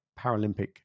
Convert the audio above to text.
Paralympic